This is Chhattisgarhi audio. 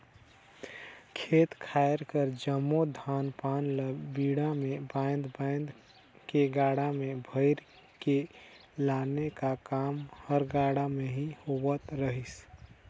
खेत खाएर कर जम्मो धान पान ल बीड़ा मे बाएध बाएध के गाड़ा मे भइर के लाने का काम हर गाड़ा मे ही होवत रहिस